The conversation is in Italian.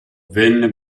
venne